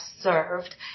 served